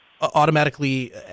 automatically